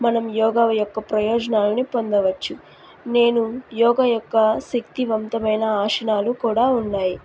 మనం యోగా యొక్క ప్రయోజనాలను పొందవచ్చు నేను యోగా యొక్క శక్తివంతమైన ఆసనాలు కూడా ఉన్నాయి